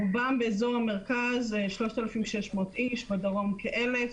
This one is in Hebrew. רובם באזור המרכז 3,600, בדרום כאלף,